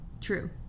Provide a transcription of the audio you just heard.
True